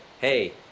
hey